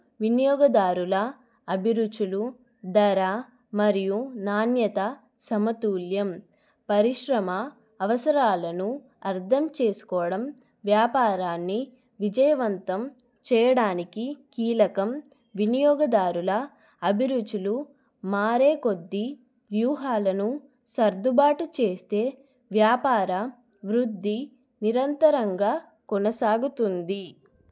వినియోగదారుల అభిరుచులు ధర మరియు నాణ్యత సమతూల్యం పరిశ్రమ అవసరాలను అర్థం చేసుకోవడం వ్యాపారాన్ని విజయవంతం చేయడానికి కీలకం వినియోగదారుల అభిరుచులు మారే కొద్ది వ్యూహాలను సర్దుబాటు చేస్తే వ్యాపార వృద్ధి నిరంతరంగా కొనసాగుతుంది